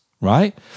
right